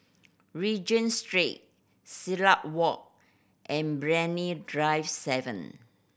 Regent Street Silat Walk and Brani Drive Seven